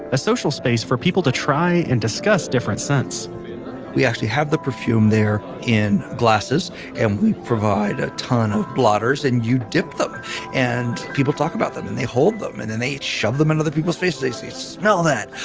a social space for people to try and discuss different scents we actually have the perfume there in glasses and we provide a ton of blotters and you dip them and people talk about them and they hold them and then they shove them in other people's faces. they say, smell that,